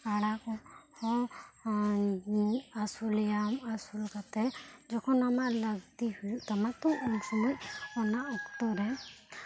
ᱠᱟᱰᱟ ᱦᱚᱸ ᱟᱥᱩᱞᱮᱭᱟᱢ ᱟᱹᱥᱩᱞ ᱠᱟᱛᱮᱜ ᱡᱚᱠᱷᱚᱱ ᱟᱢᱟᱜ ᱞᱟᱹᱠᱛᱤ ᱦᱩᱭᱩᱜ ᱛᱟᱢᱟ ᱛᱚ ᱚᱱᱟ ᱚᱠᱛᱚ ᱨᱮ